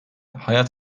hayat